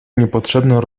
niepotrzebne